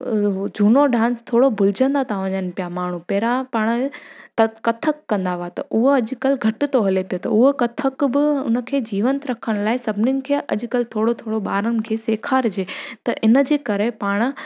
झूनो डांस थोरो भुलजंदा था वञनि पिया माण्हू पहिरियां पाण त कथक कंदा हुआ त उहो अॼुकल्ह घटि थो हले पियो त उहो कथक बि उन खे जीवंत रखण लाइ सभिनीनि खे अॼुकल्ह थोरो थोरो ॿारनि खे सेखारिजे त इन जे करे पाण